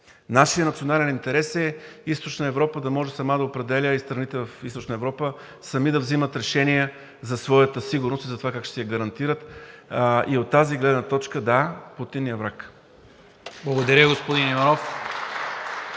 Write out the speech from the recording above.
Нашият национален интерес е Източна Европа да може сама да определя и страните в Източна Европа сами да взимат решения за своята сигурност и за това как ще си я гарантират и от тази гледна точка – да, Путин ни е враг. (Ръкопляскания от